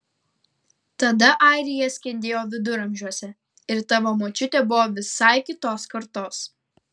tada airija skendėjo viduramžiuose ir tavo močiutė buvo visai kitos kartos